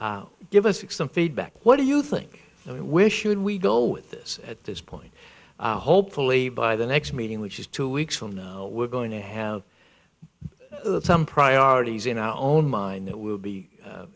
give us some feedback what do you think we should we go with this at this point hopefully by the next meeting which is two weeks from now we're going to have some priorities in our own mind that will be